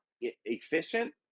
efficient